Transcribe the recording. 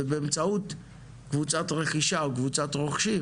ובאמצעות קבוצת רכישה או קבוצת רוכשים